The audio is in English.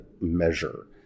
measure